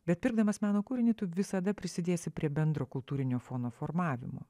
bet pirkdamas meno kūrinį tu visada prisidėsi prie bendro kultūrinio fono formavimo